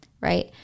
right